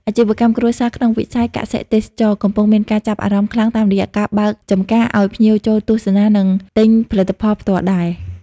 អាជីវកម្មគ្រួសារក្នុងវិស័យកសិ-ទេសចរណ៍ កំពុងមានការចាប់អារម្មណ៍ខ្លាំងតាមរយៈការបើកចម្ការឱ្យភ្ញៀវចូលទស្សនា និងទិញផលិតផលផ្ទាល់ដៃ។